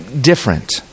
different